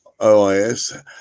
OIS